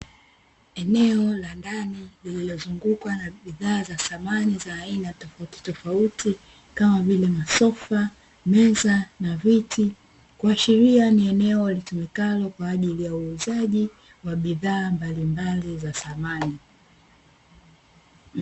Eneo la ndani lililozungukwa na bidhaa za samani za aina tofautitofauti kama vile; masofa, meza na viti, kuashiria ni eneo litumikalo kwa ajili ya uuzaji wa bidhaa mbalimbali za samani.